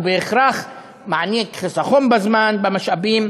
שבהכרח מעניק חיסכון בזמן ובמשאבים,